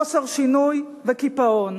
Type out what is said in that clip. חוסר שינוי וקיפאון.